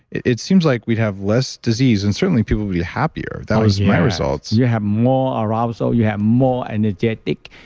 it seems like we'd have less disease. and certainly, people would be happier. that was my results yes, you have more arousal. you have more energetic.